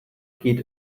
geht